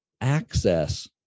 access